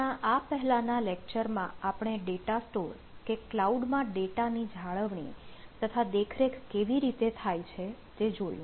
આપણા આ પહેલાના લેક્ચરમાં આપણે ડેટા સ્ટોર કે કલાઉડ માં ડેટા ની જાળવણી તથા દેખરેખ કેવી રીતે થાય છે તે જોયું